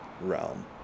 realm